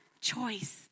choice